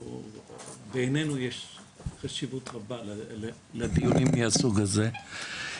שבעינינו יש לו חשיבות רבה ולדיונים מהסוג הזה,